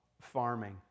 farming